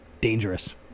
dangerous